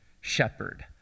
shepherd